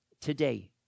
Today